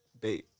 babe